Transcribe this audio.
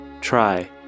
Try